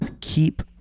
keep